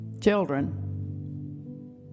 children